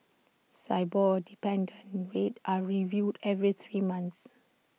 Sibor dependent rates are reviewed every three months